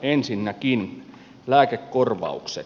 ensinnäkin lääkekorvaukset